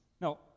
Now